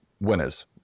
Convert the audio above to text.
winners